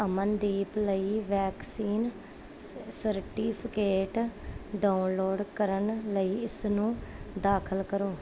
ਅਮਨਦੀਪ ਲਈ vaccine certificate download ਕਰਨ ਲਈ ਇਸ ਨੂੰ ਦਾਖਲ ਕਰੋ